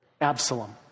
Absalom